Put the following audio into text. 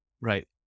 Right